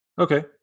Okay